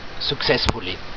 successfully